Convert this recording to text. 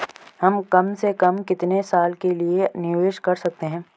हम कम से कम कितने साल के लिए निवेश कर सकते हैं?